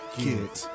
get